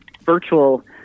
virtual